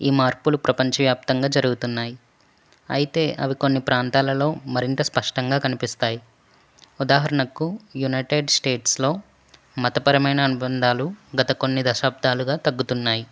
ఈ మార్పులు ప్రపంచవ్యాప్తంగా జరుగుతున్నాయి అయితే అవి కొన్ని ప్రాంతాలలో మరింత స్పష్టంగా కనిపిస్తాయి ఉదాహరణకు యునైటెడ్ స్టేట్స్లో మతపరమైన అనుబంధాలు కొన్ని దశాబ్దాలుగా తగ్గుతున్నాయి